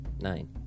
nine